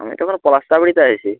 আমি তো এখন তে আছি